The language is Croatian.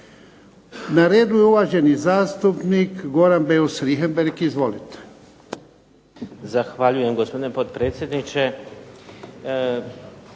Na redu je uvaženi zastupnik Goran Beus Richembergh. Izvolite.